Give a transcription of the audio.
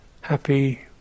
happy